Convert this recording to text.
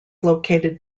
located